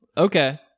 Okay